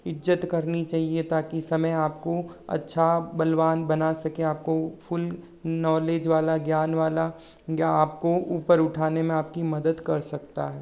इज़्ज़त करनी चहिए ताकि समय आप को अच्छा बलवान बना सके आप को फुल नॉलेज वाला ज्ञान वाला या आप के ऊपर उठाने में आप की मदद कर सकता है